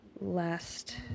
last